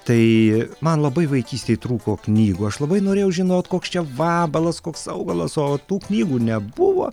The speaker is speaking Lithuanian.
tai man labai vaikystėj trūko knygų aš labai norėjau žinot koks čia vabalas koks augalas o tų knygų nebuvo